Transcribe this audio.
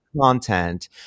content